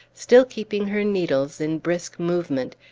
still keeping her needles in brisk movement,